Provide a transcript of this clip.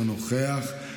אינו נוכח,